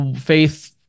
faith